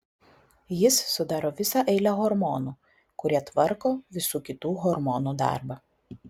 jis sudaro visą eilę hormonų kurie tvarko visų kitų hormonų darbą